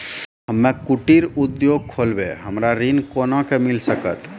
हम्मे कुटीर उद्योग खोलबै हमरा ऋण कोना के मिल सकत?